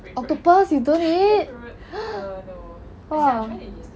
octopus you don't eat !huh! !wah!